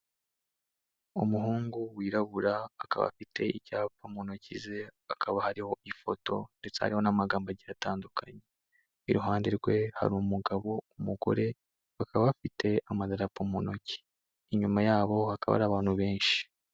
Umuhungu wirabura akaba afite icyapa mu ntoki ze hakaba hariho ifoto ndetse hariho n'amagambo agiye atandukanye, iruhande rwe hari umugabo, umugore bakaba bafite amadarapo mu ntoki, inyuma yabo hakaba hari abantu benshi.